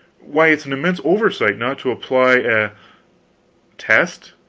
why, it's an immense oversight not to apply a test?